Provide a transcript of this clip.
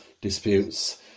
disputes